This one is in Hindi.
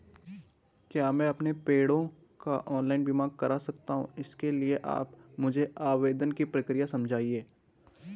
क्या मैं अपने पेड़ों का ऑनलाइन बीमा करा सकता हूँ इसके लिए आप मुझे आवेदन की प्रक्रिया समझाइए?